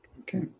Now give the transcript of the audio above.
Okay